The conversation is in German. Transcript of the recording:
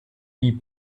wie